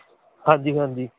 ਹਾਂਜੀ ਹਾਂਜੀ